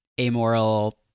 amoral